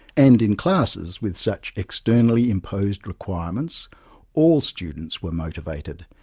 and in classes with such externally imposed requirements all students were motivated,